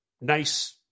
nice